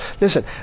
Listen